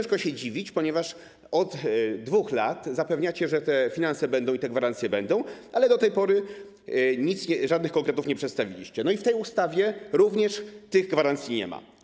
Trudno się dziwić, ponieważ od 2 lat zapewniacie, że te finanse i te gwarancje będą, ale do tej pory nic, żadnych konkretów nie przedstawiliście i w tej ustawie również tych gwarancji nie ma.